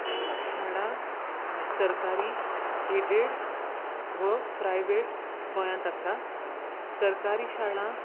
शाळा सरकारी ऐडीड व प्रायवेट गोंयांत आसात सरकारी शाळा